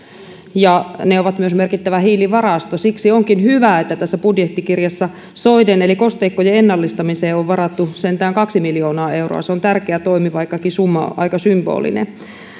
ne ovat myös merkittävä hiilivarasto siksi onkin hyvä että tässä budjettikirjassa soiden eli kosteikkojen ennallistamiseen on varattu sentään kaksi miljoonaa euroa se on tärkeä toimi vaikkakin summa on aika symbolinen